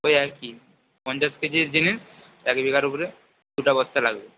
ওই একই পঞ্চাশ কেজির জিনিস এক বিঘার উপরে দুটো বস্তা লাগবে